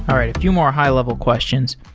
um few more high-level questions.